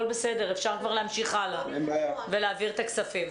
בסדר אפשר להמשיך הלאה ולהעביר את הכספים.